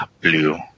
Blue